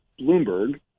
Bloomberg